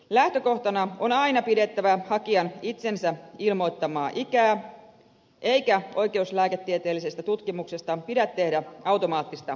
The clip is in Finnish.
lähtökohtana on aina pidettävä hakijan itsensä ilmoittamaa ikää eikä oikeuslääketieteellisestä tutkimuksesta pidä tehdä automaattista käytäntöä